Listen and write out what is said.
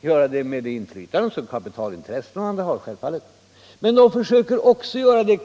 göra det också med det inflytande som kapitalintressen och annat har. Det är självklart.